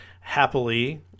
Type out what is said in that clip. happily